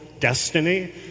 destiny